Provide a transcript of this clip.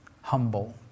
humble